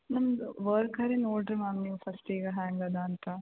ನಮ್ದು ವರ್ಕಾರೀ ನೋಡಿರಿ ಮ್ಯಾಮ್ ನೀವು ಫಸ್ಟೀಗ ಹ್ಯಾಂಗಿದೆ ಅಂತ